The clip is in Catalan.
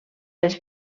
els